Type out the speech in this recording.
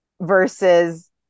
versus